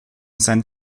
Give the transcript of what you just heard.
sein